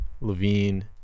Levine